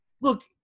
look –